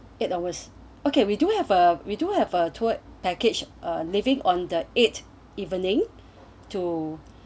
eight hours okay we do have uh we do have a tour package a living on the eight evening to